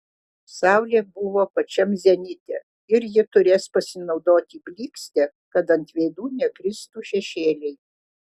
saulė buvo pačiam zenite ir ji turės pasinaudoti blykste kad ant veidų nekristų šešėliai